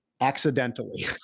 accidentally